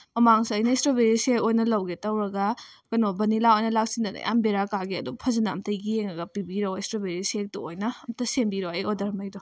ꯃꯃꯥꯡꯁꯨ ꯑꯩꯅ strawberry shake ꯑꯣꯏꯅ ꯂꯧꯒꯦ ꯇꯧꯔꯒ ꯀꯩꯅꯣ ꯚꯅꯤꯂꯥ ꯑꯣꯏꯅ ꯂꯥꯛꯁꯤꯟꯗꯅ ꯌꯥꯝ ꯕꯦꯔꯥ ꯀꯥꯒꯤ ꯑꯗꯨ ꯐꯖꯅ ꯑꯝꯇ ꯌꯦꯡꯉꯒ ꯄꯤꯕꯤꯔꯛꯑꯣ ꯏꯁꯇ꯭ꯔꯣꯕꯦꯔꯤ ꯁꯦꯛꯇꯣ ꯑꯣꯏꯅ ꯑꯝꯇ ꯁꯦꯝꯕꯤꯔꯛꯑꯣ ꯑꯩ ꯑꯣꯔꯗꯔꯉꯩꯗꯣ